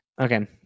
Okay